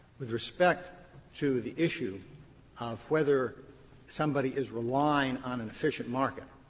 with respect to the issue of whether somebody is relying on an efficient market,